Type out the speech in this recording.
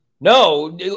No